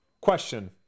Question